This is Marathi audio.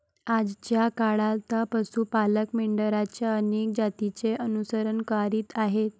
आजच्या काळात पशु पालक मेंढरांच्या अनेक जातींचे अनुसरण करीत आहेत